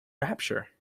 rapture